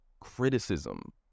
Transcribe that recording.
criticism